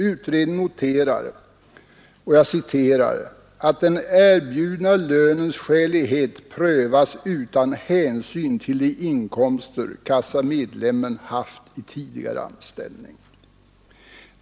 Utredningen noterar att ”den erbjudna lönens skälighet prövas utan hänsyn till de inkomster kassamedlemmen haft i tidigare anställning”.